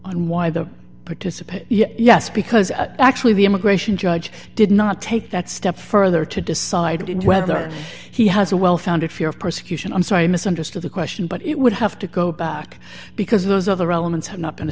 on why the participate yes because actually the immigration judge did not take that step further to decide whether he has a well founded fear of persecution i'm sorry i misunderstood the question but it would have to go back because those other elements have not